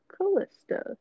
Callista